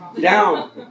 Down